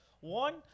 one